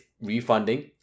refunding